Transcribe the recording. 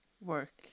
work